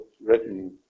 written